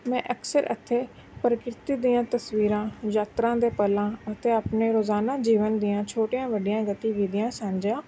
ਮੈਂ ਅਕਸਰ ਇੱਥੇ ਪ੍ਰਕਿਰਤੀ ਦੀਆਂ ਤਸਵੀਰਾਂ ਯਾਤਰਾ ਦੇ ਪਲਾਂ ਅਤੇ ਆਪਣੇ ਰੋਜ਼ਾਨਾ ਜੀਵਨ ਦੀਆਂ ਛੋਟੀਆਂ ਵੱਡੀਆਂ ਗਤੀਵਿਧੀਆਂ ਸਾਂਝਾ